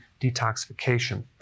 detoxification